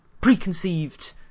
preconceived